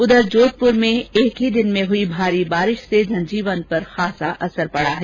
उधर जोधपुर में एक ही दिन में हुई भारी बारिश से जनजीवन पर खासा असर पड़ा है